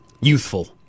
Youthful